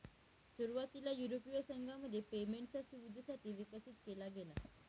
सुरुवातीला युरोपीय संघामध्ये पेमेंटच्या सुविधेसाठी विकसित केला गेला